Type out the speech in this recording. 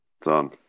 Done